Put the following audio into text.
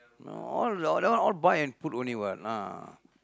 no all that one all buy and put only what ah